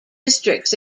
districts